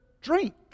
drink